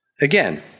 Again